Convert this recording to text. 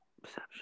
Perception